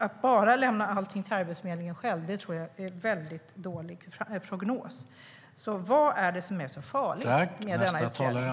Att lämna över allt till Arbetsförmedlingen ger en dålig prognos. Vad är det som är så farligt med utredningen?